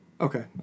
Okay